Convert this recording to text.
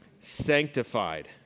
Sanctified